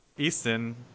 easton